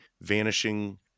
vanishing